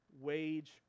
wage